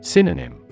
Synonym